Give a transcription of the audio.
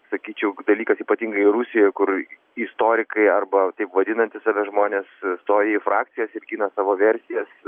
sakyčiau dalykas ypatingai rusijoje kur istorikai arba taip vadinantys save žmonės stoja į frakcijas ir gina savo versijas